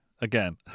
Again